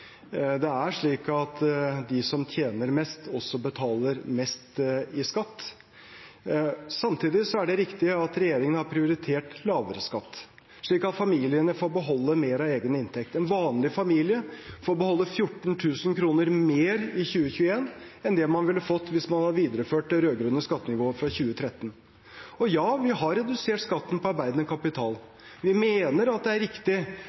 Det er slik at de som tjener mest, også betaler mest i skatt. Samtidig er det riktig at regjeringen har prioritert lavere skatt, slik at familiene får beholde mer av egen inntekt. En vanlig familie får beholde 14 000 kr mer i 2021 enn man ville fått hvis man hadde videreført det rød-grønne skattenivået fra 2013. Ja, vi har redusert skatten på arbeidende kapital. Vi mener det er riktig